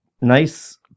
nice